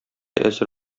әзер